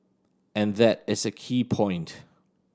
and that is a key point